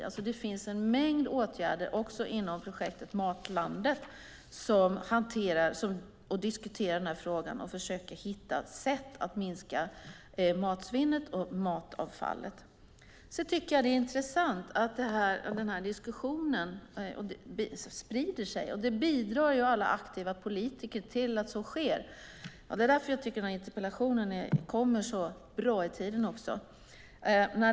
Det finns också en mängd åtgärder inom projektet Matlandet där man diskuterar frågan och försöker hitta sätt att minska matsvinnet och matavfallet. Det är intressant att diskussionen sprider sig. Alla aktiva politiker bidrar till att så sker. Det är därför interpellationen kommer så bra i tiden.